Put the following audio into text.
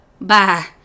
bye